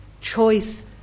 choice